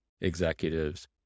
executives